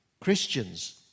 Christians